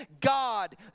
God